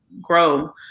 grow